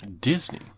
Disney